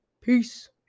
Peace